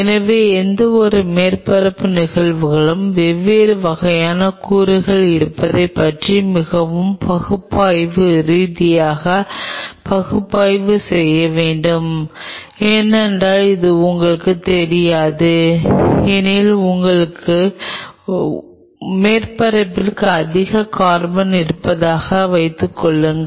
எனவே எந்தவொரு மேற்பரப்பு நிகழ்வுகளும் வெவ்வேறு வகையான கூறுகள் இருப்பதைப் பற்றி மிகவும் பகுப்பாய்வு ரீதியாக பகுப்பாய்வு செய்ய வேண்டும் ஏனென்றால் இது உங்களுக்குத் தெரியாது எனில் உதாரணமாக உங்கள் மேற்பரப்பில் அதிக கார்பன் இருப்பதாக வைத்துக்கொள்வோம்